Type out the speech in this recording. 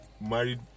married